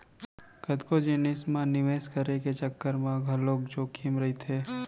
कतको जिनिस म निवेस करे के चक्कर म घलोक जोखिम रहिथे